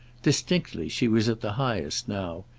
distinctly she was at the highest now,